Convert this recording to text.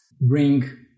bring